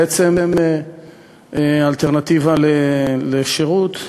שזו בעצם אלטרנטיבה לשירות,